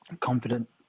confident